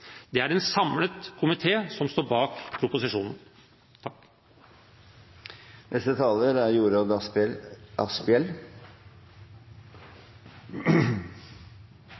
Det er en samlet komité som står bak proposisjonen.